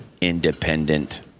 independent